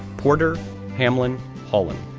porter hamlin hollen,